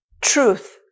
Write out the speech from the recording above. Truth